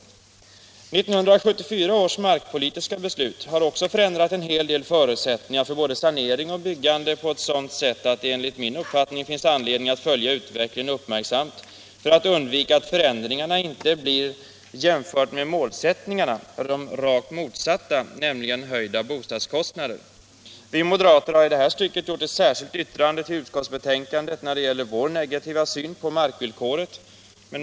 1974 års markpolitiska beslut har också förändrat en hel del förutsättningar för både sanering och byggande på ett sådant sätt, att det enligt min uppfattning finns anledning att följa utvecklingen uppmärksamt för att undvika att förändringarna blir rakt motsatta målsättningen — nämligen höjda bostadskostnader. Vi moderater har i detta stycke fogat ett särskilt yttrande till utskottsbetänkandet när det gäller vår negativa syn på markvillkoret.